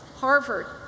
Harvard